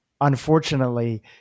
unfortunately